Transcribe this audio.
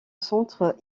centre